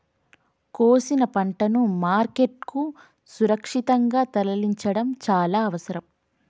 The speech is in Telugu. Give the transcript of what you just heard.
కోసిన పంటను మార్కెట్ కు సురక్షితంగా తరలించడం చాల అవసరం